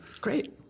Great